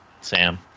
Sam